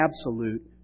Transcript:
absolute